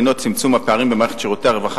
הינו צמצום הפערים במערכת שירותי הרווחה